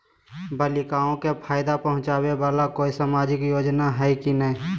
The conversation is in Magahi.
बालिकाओं के फ़ायदा पहुँचाबे वाला कोई सामाजिक योजना हइ की नय?